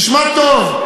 תשמע טוב,